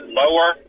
lower